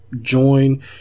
join